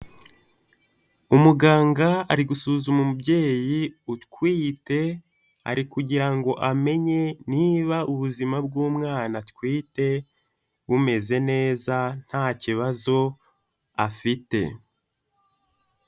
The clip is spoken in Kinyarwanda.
Umuganga ari gusuzuma umubyeyi utwite, ari kugira ngo amenye niba ubuzima bw'umwana atwite bumeze neza, nta kibazo afite.